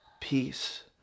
peace